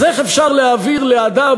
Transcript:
אז איך אפשר להעביר לאדם,